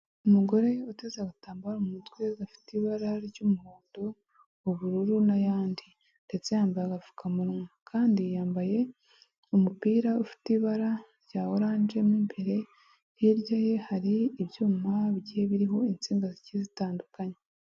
Umugore uteze agatambaro mu mutwe gafite ibara ry'umuhondo, ubururu n'ayandi, ndetse yambaye agapfukamunwa kandi yambaye umupira ufite ibara rya orange mo imbere, hirya ye hari ibyuma bigiye biriho insinga zigiye zitandukanye.